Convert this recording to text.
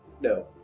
No